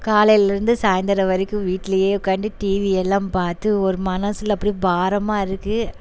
காலையிலேருந்து சாய்ந்தரம் வரைக்கும் வீட்லேயே உக்கார்ந்து டிவி எல்லாம் பார்த்து ஒரு மனசில் அப்படியே பாரமாக இருக்குது